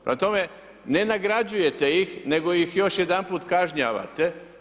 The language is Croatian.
Prema tome, ne nagrađujete ih, nego ih još jedanput kažnjavate.